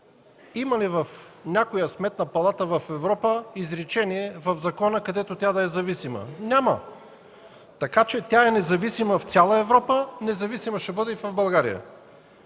Има ли в някъде в Европа изречение в закона, където Сметната палата да е зависима? Няма. Така че тя е независима в цяла Европа, независима ще бъде и в България.